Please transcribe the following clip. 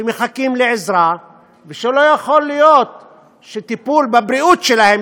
שמחכים לעזרה ושלא יכול להיות שהטיפול בבריאות שלהם,